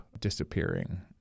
disappearing